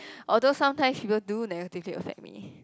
although sometimes he will do negatively affect me